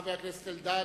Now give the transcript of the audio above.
חבר הכנסת אלדד.